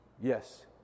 Yes